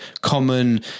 common